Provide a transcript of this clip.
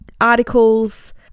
articles